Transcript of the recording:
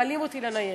מעלים אותי לניידת.